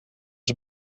een